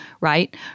right